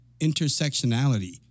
intersectionality